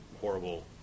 horrible